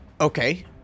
Okay